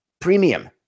premium